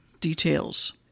details